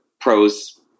pros